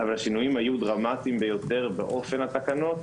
אבל השינויים היו דרמטיים ביותר באופן התקנות.